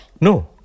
No